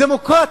דמוקרטית.